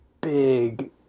big